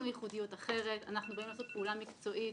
ייחודיות אחרת ואנחנו באים לעשות פעולה מקצועית